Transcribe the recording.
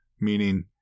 meaning